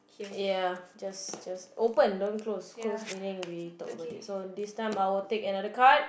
ya just just open don't close close meaning we talk about it so this time I will take another card